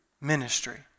ministry